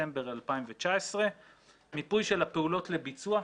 מדצמבר 2019. מיפי של הפעולות לביצוע,